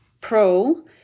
pro